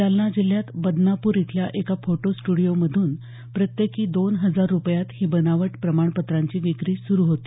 जालना जिल्ह्यात बदनाप्र इथल्या एका फोटो स्टुडिओमधून प्रत्येकी दोन हजार रुपयांत ही बनावट प्रमाणपत्रांची विक्री सुरू होती